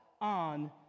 on